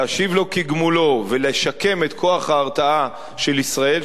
להשיב לו כגמולו ולשקם את כוח ההרתעה של ישראל,